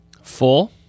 Full